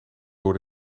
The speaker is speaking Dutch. door